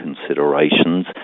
considerations